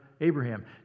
Abraham